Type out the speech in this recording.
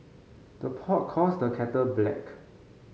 the pot calls the kettle black